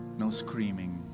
no screaming.